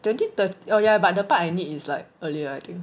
twenty thir~ oh yeah but the part I need is like earlier I think